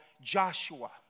Joshua